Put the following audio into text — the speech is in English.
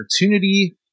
opportunity